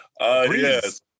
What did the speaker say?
Yes